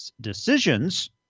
decisions